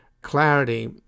clarity